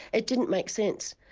it didn't make sense.